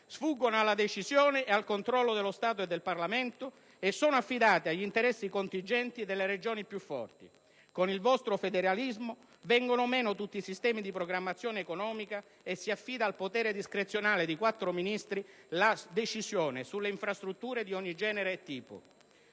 sfuggono alla decisione e al controllo dello Stato e del Parlamento e sono affidati agli interessi contingenti delle Regioni più forti. Con il vostro federalismo vengono meno tutti i sistemi di programmazione economica e si affida al potere discrezionale di quattro Ministri la decisione sulle infrastrutture di ogni genere e tipo.